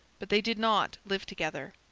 but they did not live together.